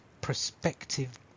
prospective